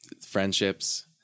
friendships